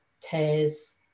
tears